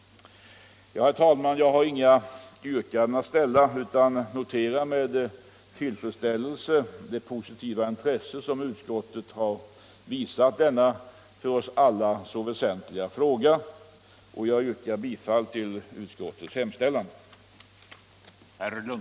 Herr talman! Jag noterar med tillfredsställelse det positiva intresse utskottet visat för denna för oss alla så väsentliga fråga och yrkar bifall till utskottets hemställan.